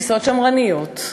תפיסות שמרניות,